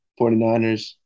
49ers